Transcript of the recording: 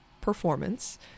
performance